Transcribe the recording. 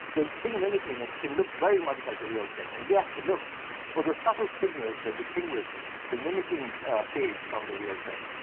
the thing mimicking it, can look very much like the real thing. and we have to look for the subtle signals that distinguish the mimicking page from the real thing.